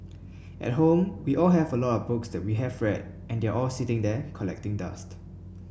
at home we all have a lot books that we have read and they are all sitting there collecting dust